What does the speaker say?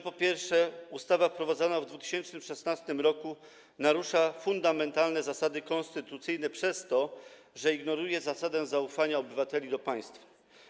Pierwsza: ustawa wprowadzona w 2016 r. narusza fundamentalne zasady konstytucyjne przez to, że ignoruje zasadę zaufania obywateli do państwa.